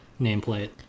nameplate